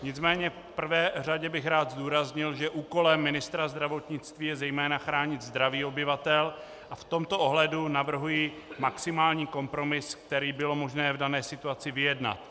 Nicméně v prvé řadě bych rád zdůraznil, že úkolem ministra zdravotnictví je zejména chránit zdraví obyvatel, a v tomto ohledu navrhuji maximální kompromis, který bylo možné v dané situaci vyjednat.